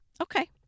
Okay